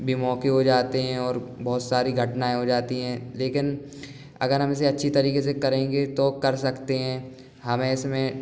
भी मौके हो जाते है बहुत सारी घटनाएं हो जाती है लेकिन अगर हम इसे अच्छी तरीके से करेंगे तो कर सकते है हमें इसमें